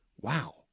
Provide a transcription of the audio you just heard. wow